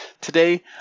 today